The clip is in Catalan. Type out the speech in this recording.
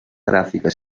gràfica